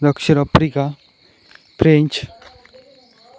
दक्षिण Africa French